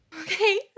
Okay